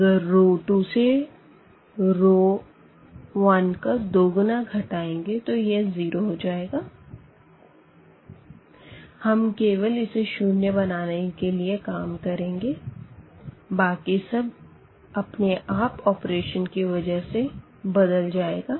अगर रो 2 से रो 1 का दोगुना घटाएंगे तो यह 0 जायेगा हम केवल इसे शून्य बनाने के लिया काम करेंगे बाकी सब अपने आप ऑपरेशन की वजह से बदल जायेगा